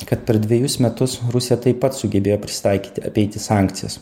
kad per dvejus metus rusija taip pat sugebėjo prisitaikyti apeiti sankcijas